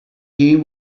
game